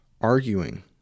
arguing